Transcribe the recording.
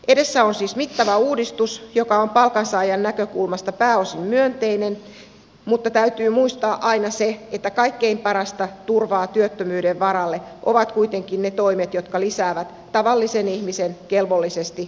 edessä on siis mittava uudistus joka on palkansaajan näkökulmasta pääosin myönteinen mutta täytyy muistaa aina se että kaikkein parasta turvaa työttömyyden varalle ovat kuitenkin ne toimet jotka lisäävät tavallisen ihmisen kelvollisesti palkattujen töiden määrää